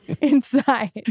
inside